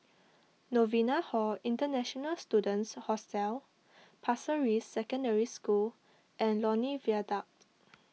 Novena Hall International Students Hostel Pasir Ris Secondary School and Lornie Viaduct